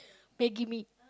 Maggi mee